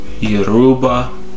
Yoruba